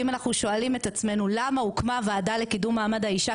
ואם אנחנו שואלים את עצמנו למה הוקמה הוועדה לקידום מעמד האישה